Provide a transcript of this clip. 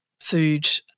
food